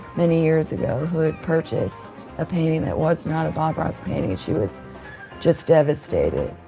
many years ago, who had purchased a painting that was not a bob ross painting. she was just devastated.